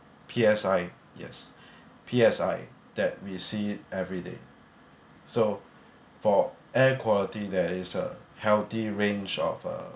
P_S_I yes P_S_I that we see everyday so for air quality there is a healthy range of uh